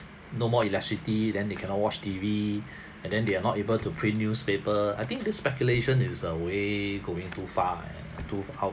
no more electricity than they cannot watch T_V and then they are not able to print newspaper I think this speculation is uh way going too far too out